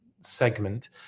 segment